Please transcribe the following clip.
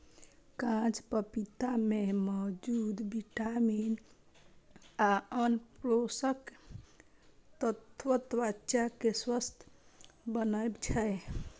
कांच पपीता मे मौजूद विटामिन आ आन पोषक तत्व त्वचा कें स्वस्थ बनबै छै